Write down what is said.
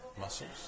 muscles